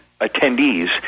attendees